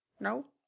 No